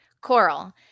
Coral